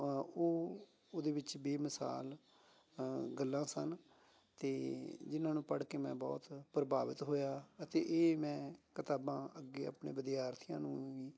ਉਹ ਉਹਦੇ ਵਿੱਚ ਬੇਮਿਸਾਲ ਗੱਲਾਂ ਸਨ ਅਤੇ ਜਿਹਨਾਂ ਨੂੰ ਪੜ੍ਹ ਕੇ ਮੈਂ ਬਹੁਤ ਪ੍ਰਭਾਵਿਤ ਹੋਇਆ ਅਤੇ ਇਹ ਮੈਂ ਕਿਤਾਬਾਂ ਅੱਗੇ ਆਪਣੇ ਵਿਦਿਆਰਥੀ ਨੂੰ